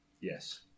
yes